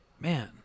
man